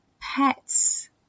Pets